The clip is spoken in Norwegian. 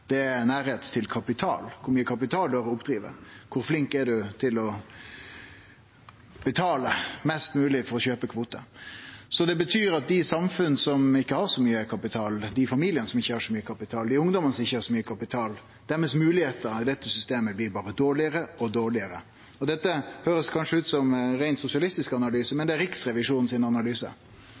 Det er nærleik til kapital, kor mykje kapital du har å oppdrive, kor flink du er til å betale mest mogleg for å kjøpe kvote. Det betyr at dei i samfunnet som ikkje har så mykje kapital, dei familiane som ikkje har så mykje kapital, dei ungdomane som ikkje har så mykje kapital – deira moglegheiter i dette systemet blir berre dårlegare og dårlegare. Dette høyrest kanskje ut som rein sosialistisk analyse, men det er Riksrevisjonen sin analyse,